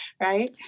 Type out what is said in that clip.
Right